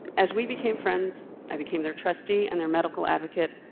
as we became friends, i became their trustee and their medical advocate,